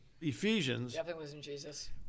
Ephesians